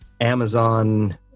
Amazon